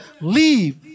leave